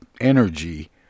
energy